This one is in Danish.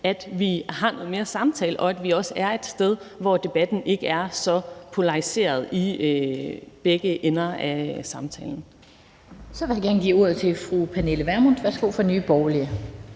at vi har noget mere samtale, og at vi også er et sted, hvor debatten ikke er så polariseret i begge ender af samtalen. Kl. 11:02 Den fg. formand (Annette Lind): Så vil jeg gerne give ordet til fru Pernille Vermund fra Nye Borgerlige.